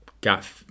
got